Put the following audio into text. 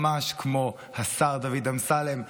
ממש כמו השר דוד אמסלם,